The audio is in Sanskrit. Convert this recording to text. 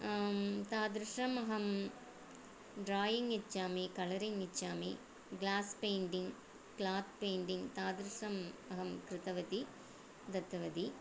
तादृशम् अहं ड्रायिङ्ग् इच्छामि कलरिङ्ग् इच्छामि ग्लास् पेण्टिङ्ग् क्लात् पेण्टिङ्ग् तादृशम् अहं कृतवती दत्तवती